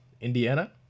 Indiana